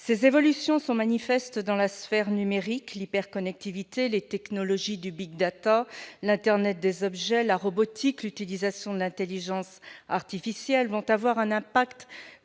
Ces évolutions sont manifestes dans la sphère numérique. L'hyper-connectivité, les technologies du, l'internet des objets, la robotique, l'utilisation de l'intelligence artificielle vont avoir un impact